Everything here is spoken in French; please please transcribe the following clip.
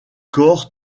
corps